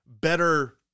better